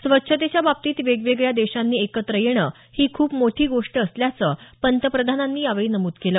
स्वच्छतेच्या बाबतीत वेगवेगळ्या देशांनी एकत्र येणं ही खूप मोठी गोष्ट असल्याचं पंतप्रधानांनी यावेळी नमूद केलं